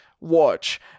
watch